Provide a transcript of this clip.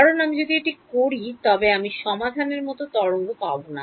কারণ আমি যদি এটি করি তবে আমি সমাধানের মতো তরঙ্গ পাব না